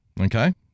Okay